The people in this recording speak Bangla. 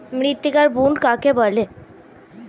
মৃত্তিকার বুনট কাকে বলে?